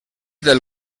del